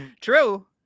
True